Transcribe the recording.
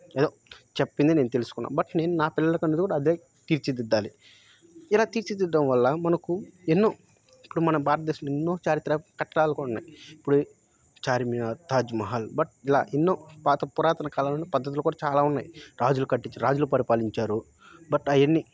ఏదో చెప్పింది నేను తెలుసుకున్నా బట్ నేను నా పిల్లలకనేది కూడా అదే తీర్చిదిద్దాలి ఇలా తీర్చిదిద్దడం వల్ల మనకు ఎన్నో ఇప్పుడు మన భారతదేశంలో ఎన్నో చారిత్ర కట్టడాలు కూడున్నాయ్ ఇప్పుడు చార్మినార్ తాజ్మహాల్ బట్ ఇలా ఎన్నో పాత పురాతన కాలంలో పద్ధతులు కూడా చాలా ఉన్నాయి రాజులు కట్టించ రాజులు పరిపాలించారు బట్ అయన్నీ